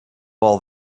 all